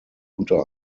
unter